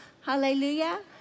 hallelujah